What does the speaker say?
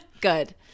Good